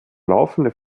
laufende